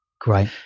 Great